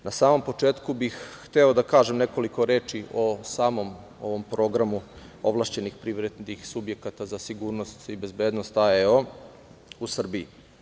Na samom početku bih hteo da kažem nekoliko reči o samom ovom programu ovlašćenih privrednih subjekata za sigurnost i bezbednost AEO u Srbiji.